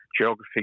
geography